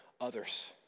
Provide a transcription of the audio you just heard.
others